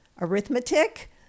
arithmetic